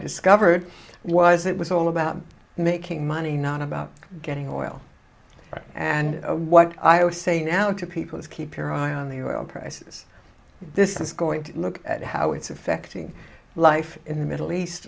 discovered was it was all about making money not about getting oil right and what i was saying now to people is keep your eye on the oil prices this is going to look at how it's affecting life in the middle east